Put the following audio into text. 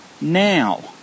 now